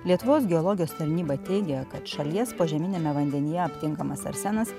lietuvos geologijos tarnyba teigia kad šalies požeminiame vandenyje aptinkamas arsenas